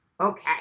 Okay